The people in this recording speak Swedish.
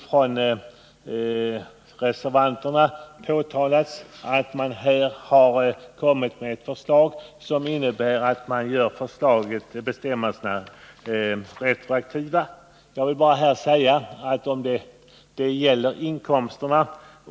Från reservanternas sida har man framhållit att det här är ett förslag med retroaktiv verkan. Detta är en felaktig uppfattning.